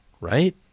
right